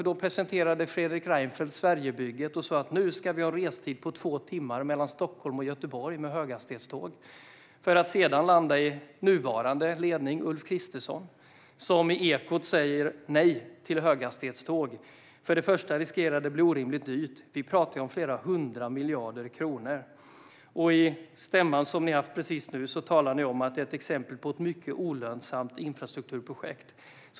Då presenterade Fredrik Reinfeldt Sverigebygget och sa att man nu skulle ha en restid på två timmar mellan Stockholm och Göteborg med höghastighetståg. Sedan landar man i den nuvarande ledningen med Ulf Kristersson. I Ekot sa han nej till höghastighetståg: "För det första riskerar det att bli orimligt dyrt. Vi pratar om flera hundra miljarder kronor." Vid er stämma nyligen sa ni att det är ett exempel på ett mycket olönsamt infrastrukturprojekt.